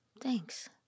Thanks